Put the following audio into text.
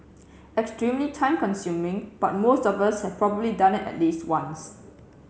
extremely time consuming but most of us have probably done it at least once